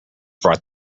brought